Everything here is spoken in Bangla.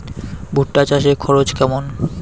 ভুট্টা চাষে খরচ কেমন?